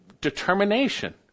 determination